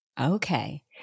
Okay